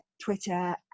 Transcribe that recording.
Twitter